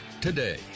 today